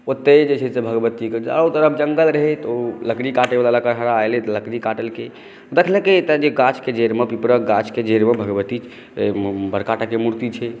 ओतय जे छै से भगवतीक चारू तरफ़ जंगल रहै तऽ ओ लकड़ी काटयवला लकड़हरा एलै तऽ लकड़ी काटलकै देखलकै तऽ जे गाछके जड़िमे भगवतीके बड़का टाके मूर्ति छै